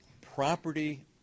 property